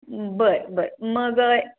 बरं बरं मग